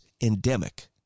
endemic